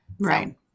Right